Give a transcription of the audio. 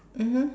mmhmm